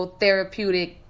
therapeutic